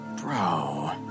Bro